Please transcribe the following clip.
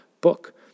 book